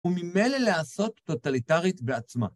וממילא להעשות טוטליטרית בעצמה.